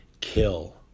kill